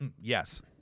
Yes